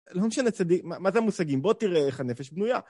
זה לא משנה צדיק, מה זה המושגים? בואו תראה איך הנפש בנויה.